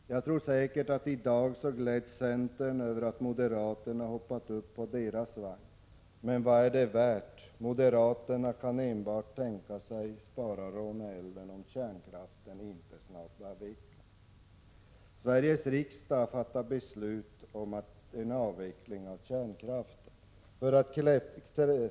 Och jag tror säkert att centern i dag gläds över att moderaterna hoppat upp på deras vagn. Men vad är det värt? Moderaterna kan enbart tänka sig spara Råneälven om kärnkraften inte snabbavvecklas. Sveriges riksdag har fattat beslut om att avveckla kärnkraften.